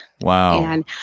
Wow